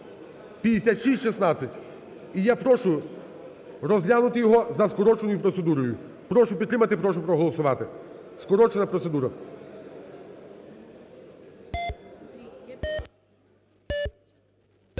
я прошу розглянути його за скороченою процедурою. Прошу підтримати і прошу проголосувати, скорочена процедура.